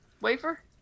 wafer